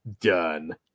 Done